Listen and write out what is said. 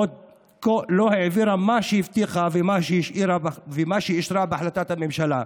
והיא עוד לא העבירה מה שהיא הבטיחה ומה שהיא אישרה בהחלטת הממשלה.